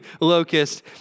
locust